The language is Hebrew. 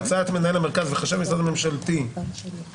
הצעת מנהל המרכז וחשב המשרד הממשלתי באמצעות